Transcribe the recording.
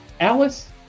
Alice